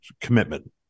commitment